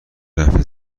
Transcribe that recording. رفع